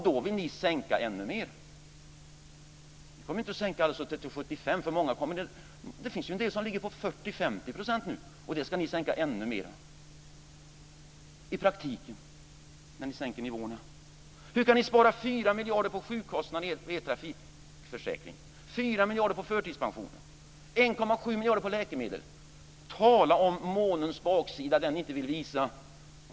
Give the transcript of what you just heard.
Då vill ni sänka ännu mer. Ni vill inte bara sänka ersättningen till 75 %. Det finns en del som redan nu ligger på 40-50 %, och ni vill i praktiken sänka nivåerna ännu mer. Hur kan ni spara 4 miljarder på sjukkostnaderna i er trafikförsäkring, 4 miljarder på förtidspensionerna och 1,7 miljarder på läkemedel? Tala om månens baksida när ni inte vill redovisa detta!